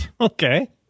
Okay